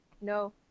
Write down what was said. no